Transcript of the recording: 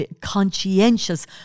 conscientious